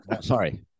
Sorry